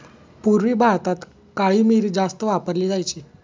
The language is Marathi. पूर्वी भारतात काळी मिरी जास्त वापरली जायची